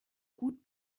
gut